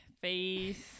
face